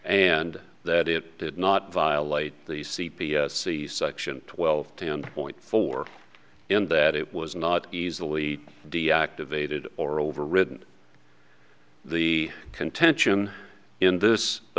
and that it did not violate the c p c section twelve ten point four and that it was not easily deactivated or overridden the contention in th